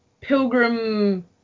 pilgrim